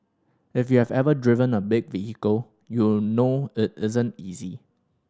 if you have ever driven a big vehicle you'll know it isn't easy